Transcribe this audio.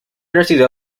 residió